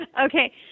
Okay